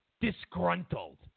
disgruntled